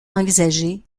envisagées